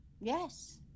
Yes